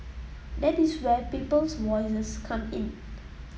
that is where Peoples Voices comes in